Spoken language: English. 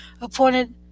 appointed